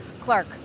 Clark